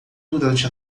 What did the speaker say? durante